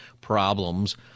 problems